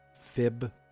Fib